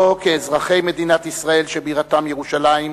לא כאזרחי מדינת ישראל שבירתם ירושלים,